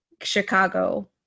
chicago